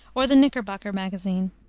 or the knickerbocker magazine.